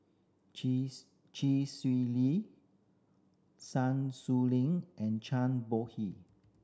Chee Swee Lee Sun Xueling and Zhang Bohe